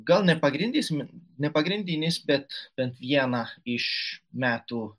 gal ne pagrindis n epagrindinis bet bent vieną iš metų